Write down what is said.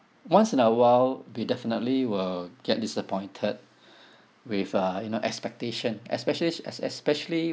once in a while we definitely will get disappointed with uh you know expectation especially as especially